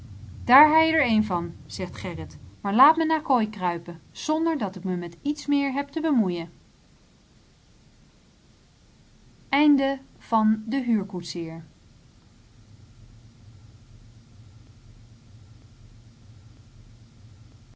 daar hei je der één van zegt gerrit maar laat me na kooi kruipen zonder dat ik me met iets meer heb te bemoeien